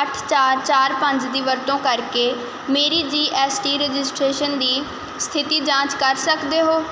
ਅੱਠ ਚਾਰ ਚਾਰ ਪੰਜ ਦੀ ਵਰਤੋਂ ਕਰਕੇ ਮੇਰੀ ਜੀ ਐੱਸ ਟੀ ਰਜਿਸਟ੍ਰੇਸ਼ਨ ਦੀ ਸਥਿਤੀ ਜਾਂਚ ਕਰ ਸਕਦੇ ਹੋ